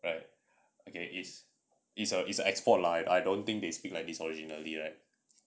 right okay it is it is a is a export lah I don't think they speak like this originally right